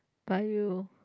by you